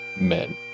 men